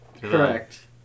Correct